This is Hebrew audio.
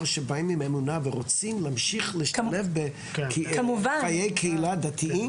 שבאים עם אמונה ורוצים להמשיך לשלב חיי קהילה דתיים?